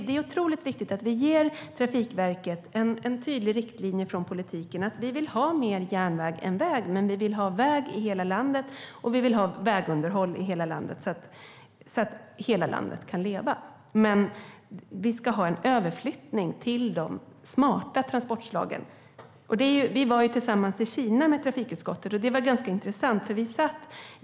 Det är otroligt viktigt att vi ger Trafikverket en tydlig riktlinje från politiken om att vi vill ha mer järnväg än väg. Men vi vill ha väg i hela landet, och vi vill ha vägunderhåll i hela landet så att hela landet kan leva. Vi ska ha dock en överflyttning till de smarta transportslagen. Vi var tillsammans i Kina med trafikutskottet. Det var ganska intressant.